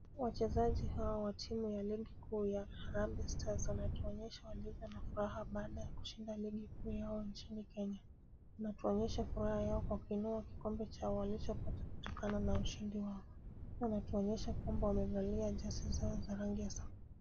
Wachezaji hawa wa timu ya ligi kuu ya Harambee Stars wanatuonyesha walienda na furaha baada ya kushinda ligi kuu yao nchini Kenya. Wanatuonyesha furaha yao kwa kuinua kikombe cha uonyesho kutokana na ushindi wao. Wanatuonyesha kuwa wamevalia jezi zao za nyongezo.